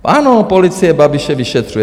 Ano, policie Babiše vyšetřuje.